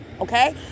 Okay